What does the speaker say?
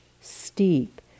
steep